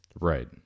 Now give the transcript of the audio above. right